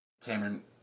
Cameron